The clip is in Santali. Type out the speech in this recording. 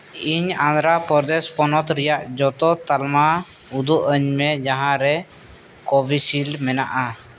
ᱤᱧ ᱚᱱᱫᱷᱨᱚ ᱯᱨᱚᱫᱮᱹᱥ ᱯᱚᱱᱚᱛ ᱨᱮᱭᱟᱜ ᱡᱚᱛᱚ ᱛᱟᱞᱢᱟ ᱩᱫᱩᱜᱼᱟᱹᱧ ᱢᱮ ᱡᱟᱦᱟᱸᱨᱮ ᱠᱳᱵᱷᱤᱥᱤᱞᱰ ᱢᱮᱱᱟᱜᱼᱟ